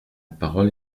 parole